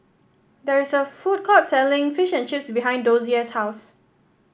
there is a food court selling Fish and Chips behind Dozier's house